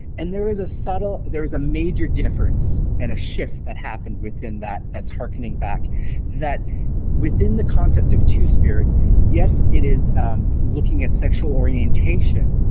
and there was a subtle there was a major difference and a shift that happened within that that's harkening back that within the concept of two-spirit, yes it is looking at sexual orientation,